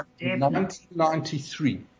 1993